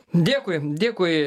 dėkui dėkui